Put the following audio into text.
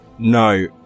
no